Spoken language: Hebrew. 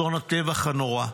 אסון הטבח הנורא,